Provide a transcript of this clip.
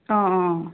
অঁ অঁ